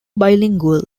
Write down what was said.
bilingual